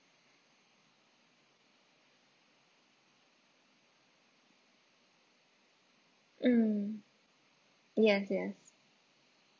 mm yes yes